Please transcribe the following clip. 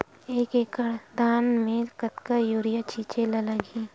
एक एकड़ धान में कतका यूरिया छिंचे ला लगही?